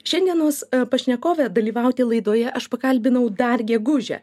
šiandienos pašnekovė dalyvauti laidoje aš pakalbinau dar gegužę